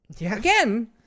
Again